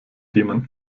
jemand